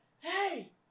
hey